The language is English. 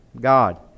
God